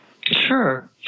Sure